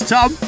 Tom